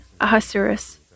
Ahasuerus